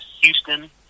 Houston